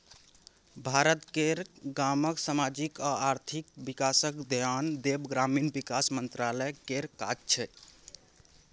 भारत केर गामक समाजिक आ आर्थिक बिकासक धेआन देब ग्रामीण बिकास मंत्रालय केर काज छै